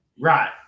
right